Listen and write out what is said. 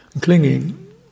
Clinging